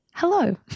Hello